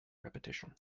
repetition